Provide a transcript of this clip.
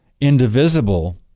indivisible